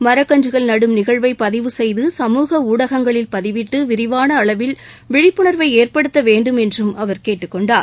மரக்கன்றுகள் நடும் நிகழ்வை பதிவு செய்து சமூக ஊடகங்களில் பதிவிட்டு விரிவான அளவில் விழிப்புணர்வை ஏற்படுத்த வேண்டும் என்றும் அவர் கேட்டுக் கொண்டார்